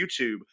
YouTube